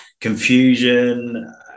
confusion